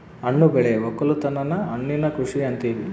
ಹಣ್ಣು ಬೆಳೆ ವಕ್ಕಲುತನನ ಹಣ್ಣಿನ ಕೃಷಿ ಅಂತಿವಿ